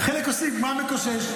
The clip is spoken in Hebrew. חלק עושים כמו המקושש.